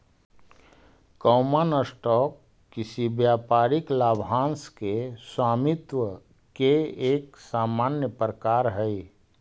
common stock किसी व्यापारिक लाभांश के स्वामित्व के एक सामान्य प्रकार हइ